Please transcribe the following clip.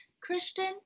christian